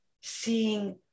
seeing